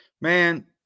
Man